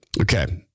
Okay